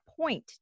point